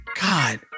God